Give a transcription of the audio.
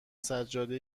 سجاده